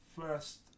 first